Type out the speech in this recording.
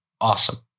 awesome